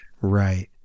Right